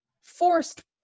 forced